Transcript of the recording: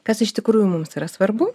kas iš tikrųjų mums yra svarbu